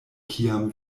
kiam